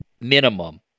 minimum